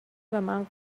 ومن